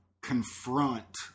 confront